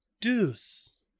deuce